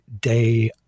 day